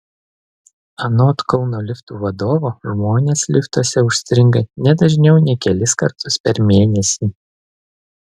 anot kauno liftų vadovo žmonės liftuose užstringa ne dažniau nei kelis kartus per mėnesį